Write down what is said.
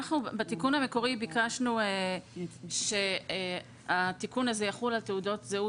בתיקון המקורי ביקשנו שהתיקון הזה יחול על תעודות זהות